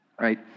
right